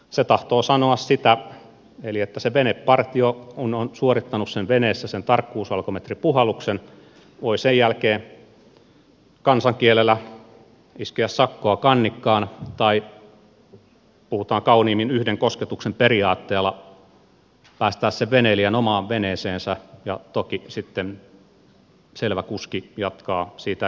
se tahtoo sanoa sitä että kun se venepartio on suorittanut veneessä sen tarkkuusalkometripuhalluksen se voi sen jälkeen kansankielellä iskeä sakkoa kannikkaan tai jos puhutaan kauniimmin yhden kosketuksen periaatteella päästää sen veneilijän omaan veneeseensä ja toki sitten selvä kuski jatkaa siitä eteenpäin